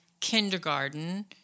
kindergarten